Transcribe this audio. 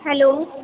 hello